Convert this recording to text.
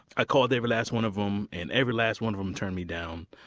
i called every last one of them, and every last one of them turned me down.